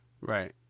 Right